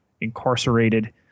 incarcerated